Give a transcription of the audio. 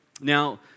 Now